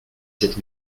sept